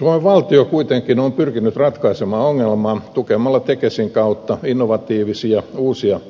suomen valtio kuitenkin on pyrkinyt ratkaisemaan ongelman tukemalla tekesin kautta innovatiivisia uusia